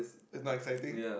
is not exciting